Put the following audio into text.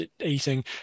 eating